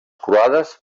croades